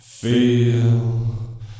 Feel